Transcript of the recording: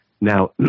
Now